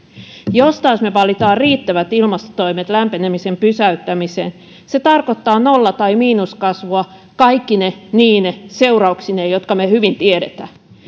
jos taas me valitsemme riittävät ilmastotoimet lämpenemisen pysäyttämiseen se tarkoittaa nolla tai miinuskasvua kaikkine niine seurauksineen jotka me hyvin tiedämme